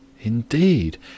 Indeed